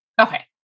Okay